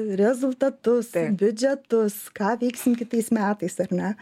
rezultatus biudžetus ką veiksim kitais metais ar ne